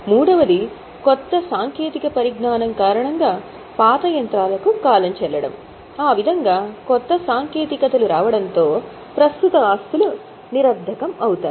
మూడవది కొత్త సాంకేతిక పరిజ్ఞానం కారణంగా పాత యంత్రాలకు కాలం చెల్లడం ఆ విధంగా కొత్త సాంకేతికతలు రావడంతో ప్రస్తుత ఆస్తులు త్వరలో నిరర్ధకం అవుతాయి